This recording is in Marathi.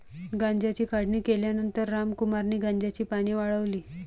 गांजाची काढणी केल्यानंतर रामकुमारने गांजाची पाने वाळवली